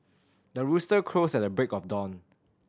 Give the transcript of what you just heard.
the rooster crows at the break of dawn